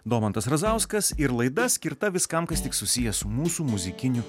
domantas razauskas ir laida skirta viskam kas tik susiję su mūsų muzikiniu